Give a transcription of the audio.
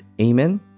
amen